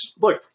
look